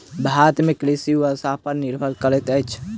भारत में कृषि वर्षा पर निर्भर करैत अछि